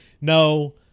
No